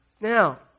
Now